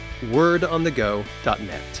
wordonthego.net